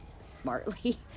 smartly